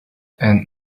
and